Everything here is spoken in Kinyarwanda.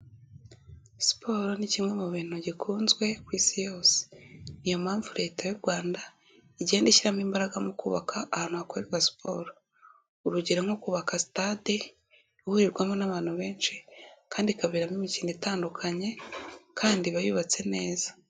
Siporo ni kimwe mu bintu gikunzwe ku isi yose, niyo mpamvu Leta y'u Rwanda igenda ishyiramo imbaraga mu kubaka ahantu hakore siporo, urugero nko kubaka sitade ihurirwamo n'abantu benshi kandi ikaberamo imikino itandukanye kandi iba yubatse neza.